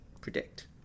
predict